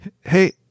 hey